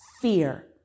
fear